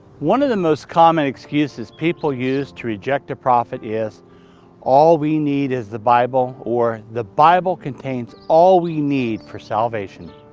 one of the most common excuses people use to reject a prophet is all we need is the bible, or the bible contains all we need for salvation.